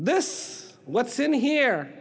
this what's in here